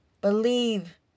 believe